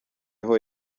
aho